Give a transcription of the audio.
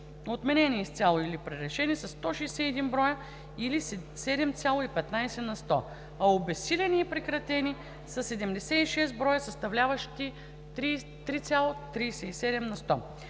отменени изцяло и пререшени са 161 броя или 7,15 на сто, а обезсилени и прекратени са 76 броя, съставляващи 3,37 на сто.